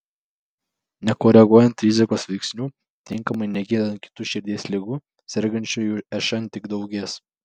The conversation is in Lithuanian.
nekoreguojant rizikos veiksnių tinkamai negydant kitų širdies ligų sergančiųjų šn tik daugės